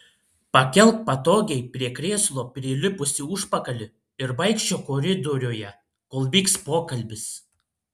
pakelk patogiai prie krėslo prilipusį užpakalį ir vaikščiok koridoriuje kol vyks pokalbis